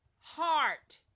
heart